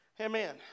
amen